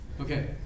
Okay